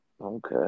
Okay